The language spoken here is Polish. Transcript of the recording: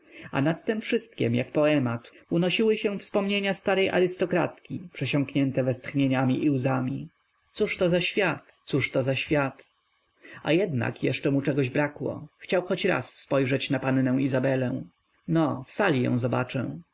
a nad tem wszystkiem jak poemat unosiły się wspomnienia starej arystokratki przesiąknięte westchnieniami i łzami cóżto za świat coto za świat a jednak jeszcze mu czegoś brakło chciał choć raz spojrzeć na pannę izabelę no w sali ją zobaczę